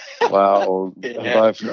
Wow